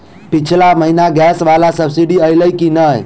पिछला महीना गैस वला सब्सिडी ऐलई की नहि?